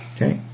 Okay